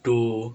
to